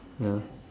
ya